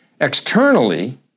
Externally